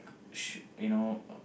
should you know